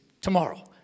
tomorrow